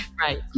Right